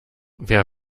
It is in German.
wer